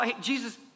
Jesus